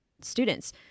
students